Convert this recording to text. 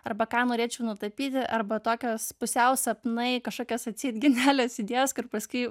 arba ką norėčiau nutapyti arba tokios pusiau sapnai kažkokios atseit genialios idėjos kur paskui